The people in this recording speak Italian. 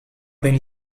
ben